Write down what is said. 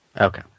Okay